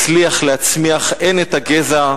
מצליח להצמיח הן את הגזע,